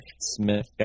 Smith